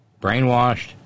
Brainwashed